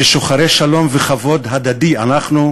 ששוחרי שלום וכבוד הדדי אנחנו?